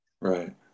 Right